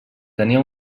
tenia